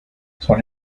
son